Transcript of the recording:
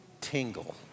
Tingle